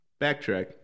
backtrack